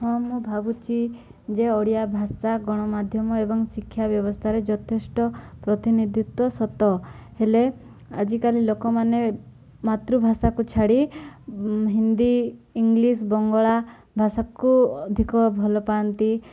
ହଁ ମୁଁ ଭାବୁଛି ଯେ ଓଡ଼ିଆ ଭାଷା ଗଣମାଧ୍ୟମ ଏବଂ ଶିକ୍ଷା ବ୍ୟବସ୍ଥାରେ ଯଥେଷ୍ଟ ପ୍ରତିନିଧିତ୍ୱ ସତ ହେଲେ ଆଜିକାଲି ଲୋକମାନେ ମାତୃଭାଷାକୁ ଛାଡ଼ି ହିନ୍ଦୀ ଇଂଲିଶ ବଙ୍ଗଳା ଭାଷାକୁ ଅଧିକ ଭଲ ପାଆନ୍ତି